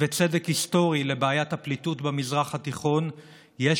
וצדק היסטורי לבעיית הפליטות במזרח התיכון יש